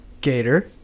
Gator